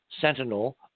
Sentinel